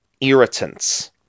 irritants